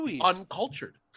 uncultured